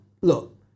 look